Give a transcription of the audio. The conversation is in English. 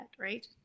right